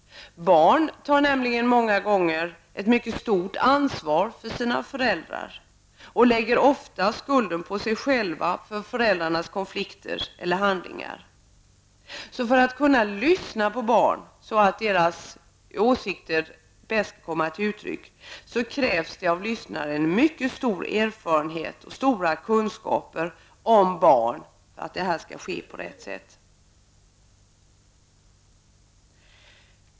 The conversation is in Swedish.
Barn tar nämligen många gånger ett mycket stort ansvar för sina föräldrar och lägger ofta skulden på sig själva för föräldrarnas konflikter eller handlingar. För att kunna lyssna på barnen på rätt sätt -- så att deras åsikter bäst kan komma till uttryck -- krävs det av lyssnaren mycket stor erfarenhet och goda kunskaper om barn.